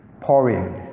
pouring